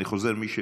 אני חוזר: מי שבעד,